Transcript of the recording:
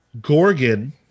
Gorgon